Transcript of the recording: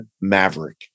Maverick